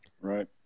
Right